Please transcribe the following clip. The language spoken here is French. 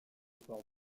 ford